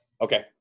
Okay